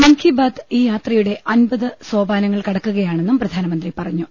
മൻകി ബാത് ഈ യാത്ര യുടെ അമ്പത് സോപാനങ്ങൾ കടക്കുകയാണെന്നും പ്രധാനമന്ത്രി പറ ഞ്ഞു